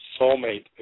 soulmate